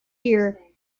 year